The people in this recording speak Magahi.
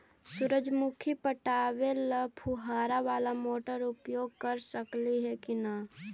सुरजमुखी पटावे ल फुबारा बाला मोटर उपयोग कर सकली हे की न?